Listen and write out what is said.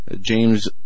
James